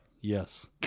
yes